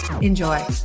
enjoy